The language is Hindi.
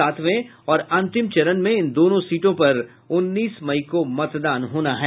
सातवें और अंतिम चरण में इन दोनों सीटों पर उन्नीस मई को मतदान होना है